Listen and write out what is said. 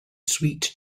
sweet